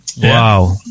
Wow